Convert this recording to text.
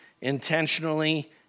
intentionally